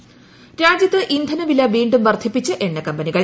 ഇന്ധനവില രാജ്യത്ത് ഇന്ധനവില വീണ്ടും വർദ്ധിപ്പിച്ച് എണ്ണക്കമ്പനികൾ